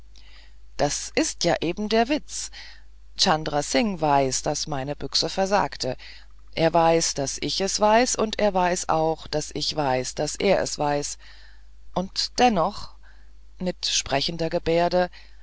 das ist ja eben der witz chandra singh weiß daß meine büchse versagte er weiß daß ich es weiß und er weiß auch daß ich weiß daß er es weiß und dennoch mit entsprechender gebärde